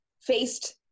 faced